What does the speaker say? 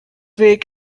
week